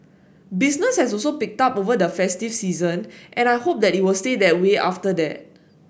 business has also picked up over the festive season and I hope that it will stay that way after that